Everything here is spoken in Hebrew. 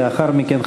לאחר מכן,